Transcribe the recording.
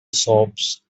shops